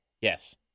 Yes